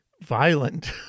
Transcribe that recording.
violent